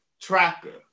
tracker